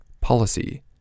policy